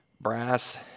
brass